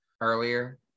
Earlier